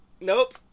Nope